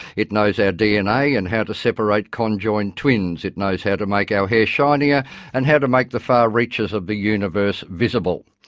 it knows our dna and how to separate conjoined twins. it knows how to make our hair shinier and how to make the far reaches of the universe visible.